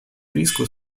риску